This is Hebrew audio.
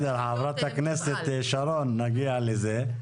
נגיע לזה.